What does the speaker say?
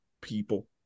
people